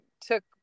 took